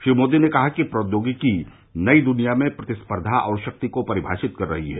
श्री मोदी ने कहा कि प्रौद्योगिकी नई दुनिया में प्रतिस्पर्धा और शक्ति को परिमाषित कर रही है